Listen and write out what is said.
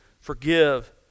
forgive